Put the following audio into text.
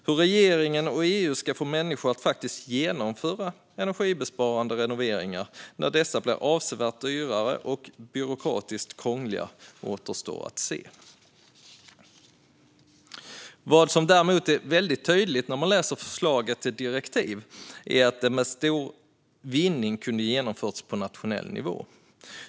Hur regeringen och EU ska få människor att faktiskt genomföra energibesparande renoveringar när dessa blir avsevärt dyrare och byråkratiskt krångliga återstår att se. Vad som däremot framgår väldigt tydligt när man läser förslaget till direktiv är att det med stor vinning kunde ha genomförts på nationell nivå.